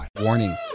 Warning